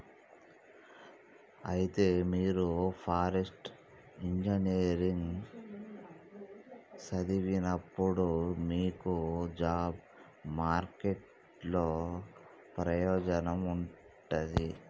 అయితే మీరు forest engineering సదివినప్పుడు మీకు జాబ్ మార్కెట్ లో ప్రయోజనం ఉంటది